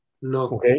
No